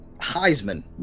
Heisman